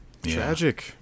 tragic